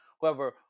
whoever